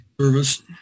service